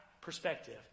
perspective